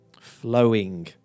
flowing